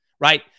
right